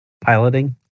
Piloting